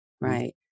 right